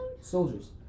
Soldiers